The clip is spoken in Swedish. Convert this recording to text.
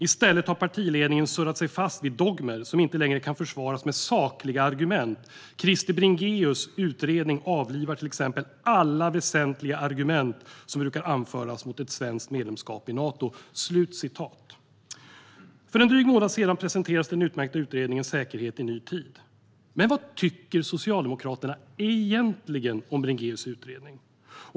I stället har partiledningen surrat sig fast vid dogmer, som inte längre kan försvaras med sakliga argument. Krister Bringéus utredning avlivar till exempel alla väsentliga argument som brukar anföras mot ett svenskt medlemskap i Nato." För en dryg månad sedan presenterades den utmärkta utredningen Säkerhet i ny tid . Men vad tycker Socialdemokraterna egentligen om Bringéus utredning?